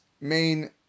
main